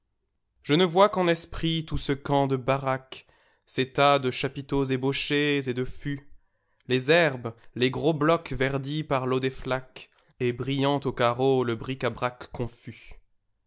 je ne vois q'i'en esprit tout ce camp de baraques ces tas de chapiteaux ébahchés et de fûts les herbes les gros blocs verdis par l'eau des flaqueaet brillant aux carreaux le bric-à-brac confus